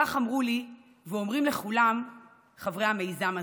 כך אמרו לי ואומרים לכולם חברי המיזם הזה.